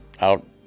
out